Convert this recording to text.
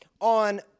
on